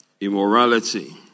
immorality